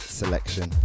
selection